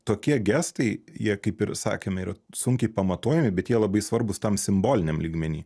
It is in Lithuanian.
tokie gestai jie kaip ir sakėme yra sunkiai pamatuojami bet jie labai svarbūs tam simboliniam lygmeny